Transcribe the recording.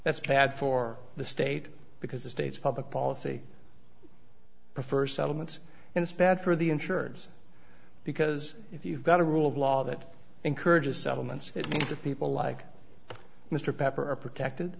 that's bad for the state because the state's public policy prefer settlements and it's bad for the insureds because if you've got a rule of law that encourages settlements it means that people like mr pepper are protected